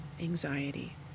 anxiety